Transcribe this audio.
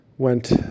Went